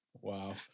Wow